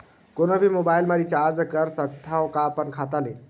कोनो भी मोबाइल मा रिचार्ज कर सकथव का अपन खाता ले?